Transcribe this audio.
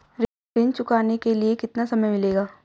ऋण चुकाने के लिए कितना समय मिलेगा?